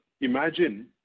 imagine